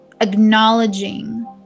Acknowledging